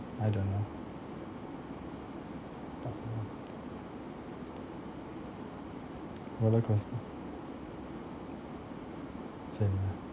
I don't know but not roller coaster same lah